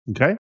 Okay